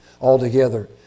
altogether